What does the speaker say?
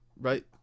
right